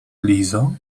lizo